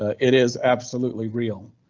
ah it is absolutely real.